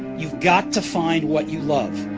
you've got to find what you love.